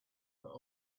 but